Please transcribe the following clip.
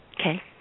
Okay